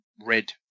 red